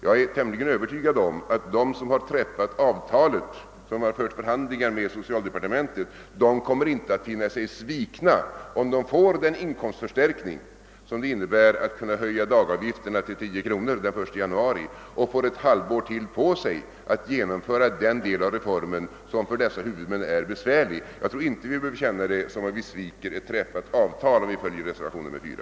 Jag är tämligen övertygad om att de som har träffat avtalet och som har fört förhandlingarna med socialdepartementet inte kommer att känna sig svikna om de får den inkomstförstärkning som det innebär att kunna höja dagavgifterna till 10 kronor den 1 januari och har ett halvår till på sig för att genomföra den del av reformen som för huvudmännen är besvärlig. Vi behöver inte känna det som om vi sviker ett träffat avtal om vi följer reservationen 4.